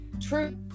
true